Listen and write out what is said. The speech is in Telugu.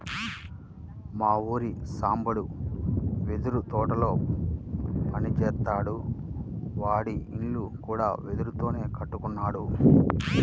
మా ఊరి సాంబడు వెదురు తోటల్లో పని జేత్తాడు, వాడి ఇల్లు కూడా వెదురుతోనే కట్టుకున్నాడు